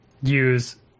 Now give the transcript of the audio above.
use